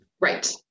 Right